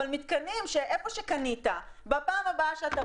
אבל מתקנים במקום שקנית בפעם הבאה שאתה